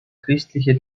christliche